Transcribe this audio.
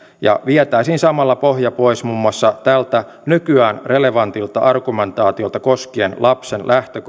ja vietäisiin samalla pohja pois muun muassa tältä nykyään relevantilta argumentaatiolta koskien lapsen